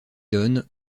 donnent